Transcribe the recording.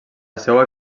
seua